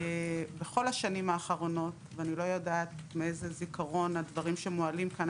בכל השנים האחרונות ואני לא יודעת מאיזה זיכרון הדברים שמועלים כאן,